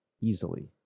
easily